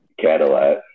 Cadillac